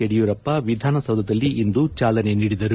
ಯಡಿಯೂರಪ್ಪ ವಿಧಾನಸೌಧದಲ್ಲಿಂದು ಚಾಲನೆ ನೀಡಿದರು